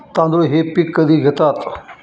तांदूळ हे पीक कधी घेतात?